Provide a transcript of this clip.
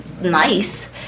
nice